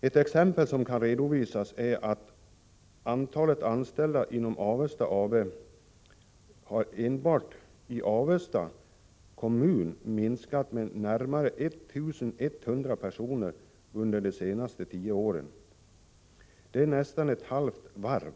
Ett exempel som kan redovisas är att antalet anställda inom Avesta AB enbart i Avesta kommun har minskat med närmare 1 100 personer under de senaste tio åren. Det motsvarar nästan ett varvs halva personalstyrka.